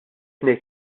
ngħid